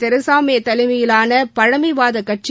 தெரேசாமேதலைமையிலாளபழமைவாதக் கட்சி